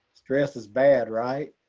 stress is bad, right?